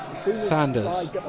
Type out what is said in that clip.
Sanders